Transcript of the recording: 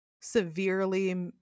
severely